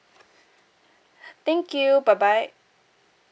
thank you bye bye